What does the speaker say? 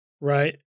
Right